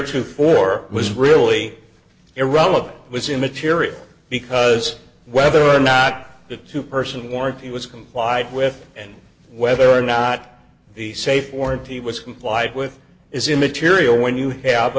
to four was really irrelevant was immaterial because whether or not the two person warranty was complied with and whether or not the safe warranty was complied with is immaterial when you have a